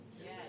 Yes